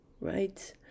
right